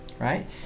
right